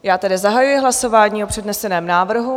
Já tedy zahajuji hlasování o předneseném návrhu.